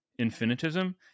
infinitism